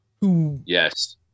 Yes